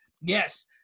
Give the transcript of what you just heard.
yes